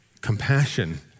compassion